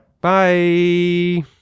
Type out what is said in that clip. Bye